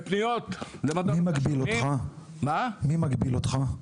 בפניות למדור תשלומים --- מי מגביל אותך?